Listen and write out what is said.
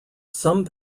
some